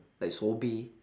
like sobri